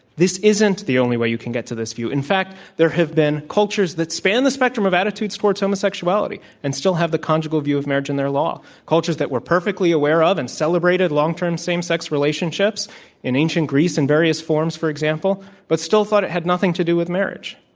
this isn't the only way you can get to this view. in fact, there have been cultures that span the spectrum of attitudes towards homosexualit y and still have the conjugal view of marriage in their law, cultures that we're perfectly aware of and celebrated long term same sex relationships in ancient greece in various forms, for example but still thought it had nothing to do with marriage